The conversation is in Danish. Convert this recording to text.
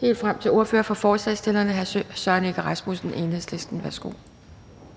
helt frem til ordføreren for forslagsstillerne, hr. Søren Egge Rasmussen, Enhedslisten. Værsgo.